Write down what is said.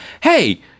hey